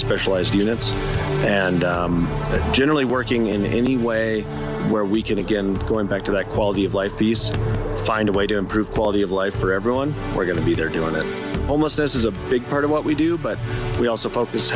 specialized units and generally working in any way where we can again going back to that quality of life these find a way to improve quality of life for everyone we're going to be there doing it homelessness is a big part of what we do but we also focus